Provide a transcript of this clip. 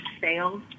sales